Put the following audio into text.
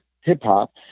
hip-hop